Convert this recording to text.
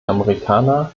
amerikaner